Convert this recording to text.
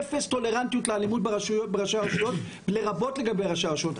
אפס טולרנטיות לאלימות בראשי הרשויות לרבות לגבי ראשי הרשויות.